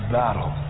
battle